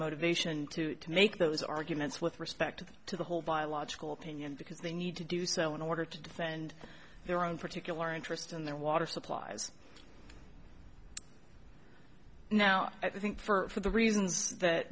motivation to make those arguments with respect to the whole via logical opinion because they need to do so in order to defend their own particular interest in their water supplies now i think for the reasons